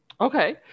Okay